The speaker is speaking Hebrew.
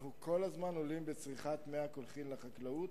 אנחנו כל הזמן עולים בצריכת מי הקולחין בחקלאות,